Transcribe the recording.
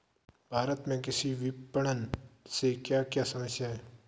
भारत में कृषि विपणन से क्या क्या समस्या हैं?